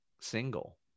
single